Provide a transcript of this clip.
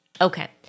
Okay